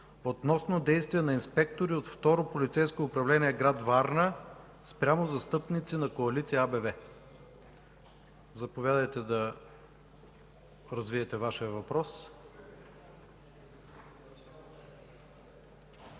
относно действия на инспектори от Второ полицейско управление – град Варна, спрямо застъпници на Коалиция АБВ. Заповядайте да развиете Вашия въпрос. ГЕОРГИ